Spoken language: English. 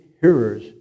hearers